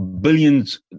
billions